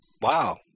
Wow